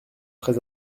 prêts